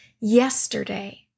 yesterday